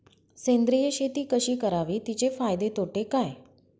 सेंद्रिय शेती कशी करावी? तिचे फायदे तोटे काय?